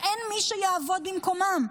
שאין מי שיעבוד במקומם,